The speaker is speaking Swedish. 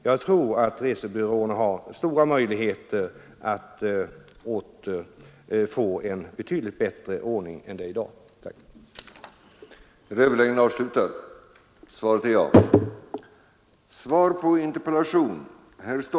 Jag tror att resebyråerna har stora möjligheter att få till stånd en betydligt bättre ordning än den vi har i dag. Tack!